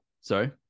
sorry